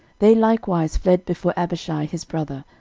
they likewise fled before abishai his brother,